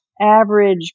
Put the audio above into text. average